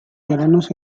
veranos